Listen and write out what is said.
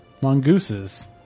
Mongooses